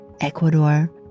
Ecuador